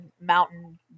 mountain